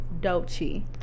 dolce